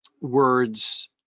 words